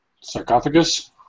Sarcophagus